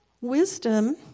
Wisdom